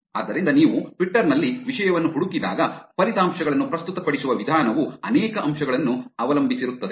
ಆದ್ದರಿಂದ ನೀವು ಟ್ವಿಟರ್ ನಲ್ಲಿ ವಿಷಯವನ್ನು ಹುಡುಕಿದಾಗ ಫಲಿತಾಂಶಗಳನ್ನು ಪ್ರಸ್ತುತಪಡಿಸುವ ವಿಧಾನವು ಅನೇಕ ಅಂಶಗಳನ್ನು ಅವಲಂಬಿಸಿರುತ್ತದೆ